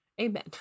Amen